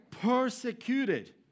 persecuted